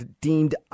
deemed